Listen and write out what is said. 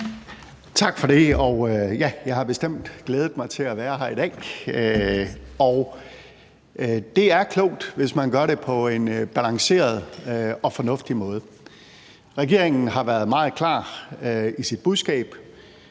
Tak for det, og ja, jeg har bestemt glædet mig til at være her i dag. Det er klogt, hvis man gør det på en balanceret og fornuftig måde. Regeringen har været meget klar i sit budskab: